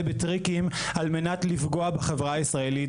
בטריקים על מנת לפגוע בחברה הישראלית.